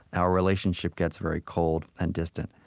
our relationship gets very cold and distant.